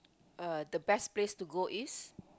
uh the best place to go is